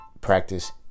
practice